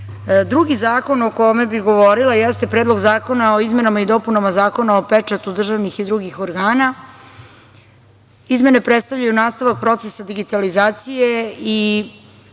snage. Drugi zakon o kome bih govorila jeste Predlog zakona o izmenama i dopunama Zakona o pečatu državnih i drugih organa. Izmene predstavljaju nastavak procesa digitalizacije i